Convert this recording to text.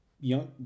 young